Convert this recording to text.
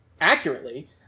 accurately